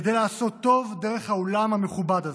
כדי לעשות טוב דרך האולם המכובד הזה.